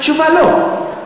התשובה: לא.